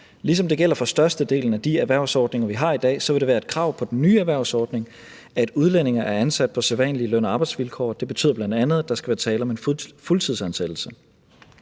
Ligesom det gælder for størstedelen af de erhvervsordninger, vi har i dag, vil det være et krav på den nye erhvervsordning, at udlændinge er ansat på sædvanlige løn- og arbejdsvilkår. Det betyder bl.a., at der skal være tale om en fuldtidsansættelse.